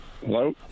Hello